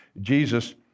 Jesus